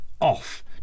off